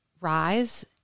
rise